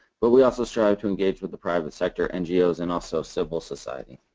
but we also strive to engage with the private sector, ngo's, and also civil society.